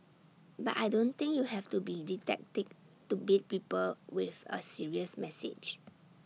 but I don't think you have to be didactic to beat people with A serious message